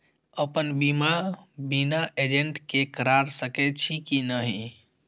अपन बीमा बिना एजेंट के करार सकेछी कि नहिं?